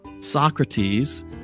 Socrates